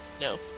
No